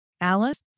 Alice